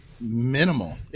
Minimal